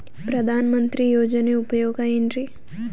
ಪ್ರಧಾನಮಂತ್ರಿ ಯೋಜನೆ ಉಪಯೋಗ ಏನ್ರೀ?